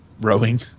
Rowing